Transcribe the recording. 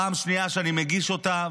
פעם שנייה שאני מגיש אותה,